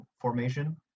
formation